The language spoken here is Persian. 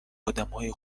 آدمهای